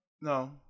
No